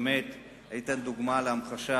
אתן דוגמה, להמחשה,